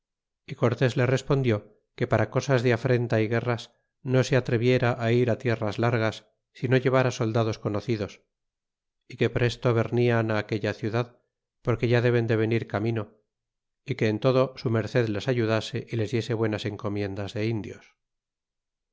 é cortés le respondió que para cosas de afrenta y guerras no se atreviera á ir tierras largas si no llevara soldados conocidos y que presto vernan á aquella ciudad porque ya deben de venir camino y que en todo su merced les ayudase y les diese buenas encomiendas de indios